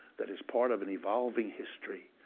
that is part of an evolving history,